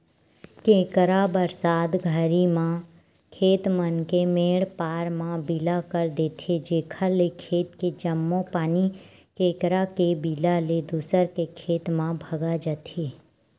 केंकरा बरसात घरी म खेत मन के मेंड पार म बिला कर देथे जेकर ले खेत के जम्मो पानी केंकरा के बिला ले दूसर के खेत म भगा जथे